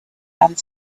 and